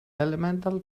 elemental